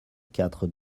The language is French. quatre